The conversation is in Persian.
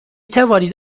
توانید